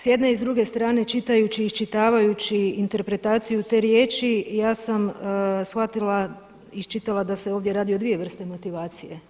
S jedne i s druge strane čitajući, iščitavajući interpretaciju te riječi ja sam shvatila, iščitala da se radi o dvije vrste motivacije.